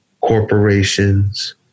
corporations